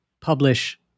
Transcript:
publish